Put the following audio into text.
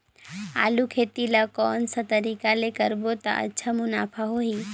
आलू खेती ला कोन सा तरीका ले करबो त अच्छा मुनाफा होही?